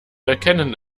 erkennen